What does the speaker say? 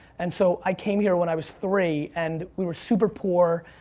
and so i came here when i was three and we were super poor.